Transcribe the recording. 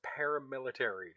paramilitary